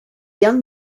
young